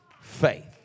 faith